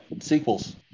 sequels